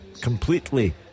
completely